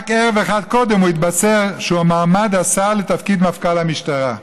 רק ערב אחד קודם הוא התבשר שהוא מועמד השר לתפקיד מפכ"ל המשטרה.